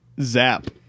Zap